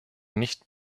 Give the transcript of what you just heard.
nicht